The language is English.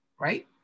right